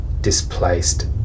displaced